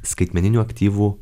skaitmeninių aktyvų